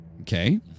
Okay